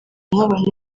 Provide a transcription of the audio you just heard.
nk’abantu